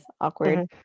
awkward